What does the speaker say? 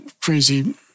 crazy